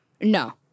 No